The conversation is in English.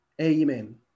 Amen